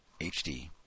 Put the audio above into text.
HD